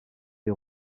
des